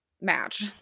match